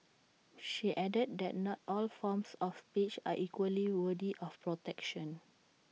she added that not all forms of speech are equally worthy of protection